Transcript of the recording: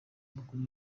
mukuru